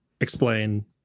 explain